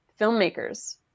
filmmakers